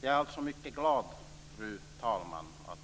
Jag är alltså mycket glad, fru talman, att